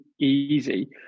easy